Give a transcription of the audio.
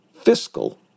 fiscal